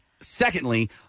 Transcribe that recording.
secondly